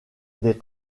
des